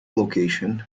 location